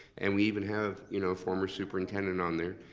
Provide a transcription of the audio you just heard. and we even have you know former superintendent on there.